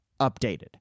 updated